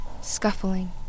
scuffling